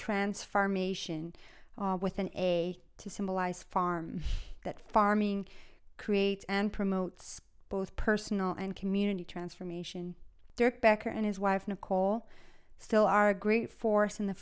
farm ation with an a to symbolize farm that farming creates and promotes both personal and community transformation backor and his wife nicole still are a great force in the